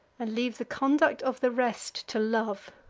and leave the conduct of the rest to love.